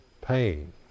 pain